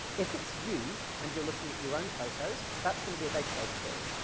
if it's you and you're looking at your own photos, that's gonna be a database query.